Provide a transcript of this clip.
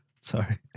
Sorry